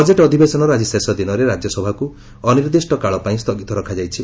budget ଅଧିବେଶନର ଆଜି ଶେଷ ଦିନରେ ରାଜ୍ୟ ସଭାକୁ ଅନିର୍ଦ୍ଧିଷ୍ଟକାଳ ପାଇଁ ସ୍ଥଗିତ ରଖାଯାଇଛି